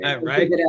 Right